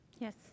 Yes